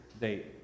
date